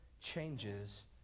changes